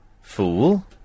Fool